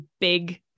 big